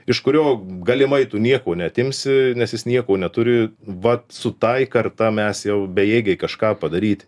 iš kurio galimai tu nieko neatimsi nes jis nieko neturi vat su tai karta mes jau bejėgiai kažką padaryti